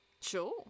sure